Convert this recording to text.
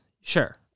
Sure